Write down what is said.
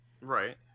Right